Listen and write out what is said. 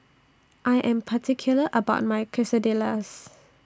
I Am particular about My Quesadillas